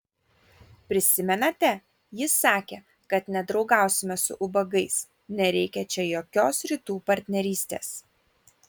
prisimenate ji sakė kad nedraugausime su ubagais nereikia čia jokios rytų partnerystės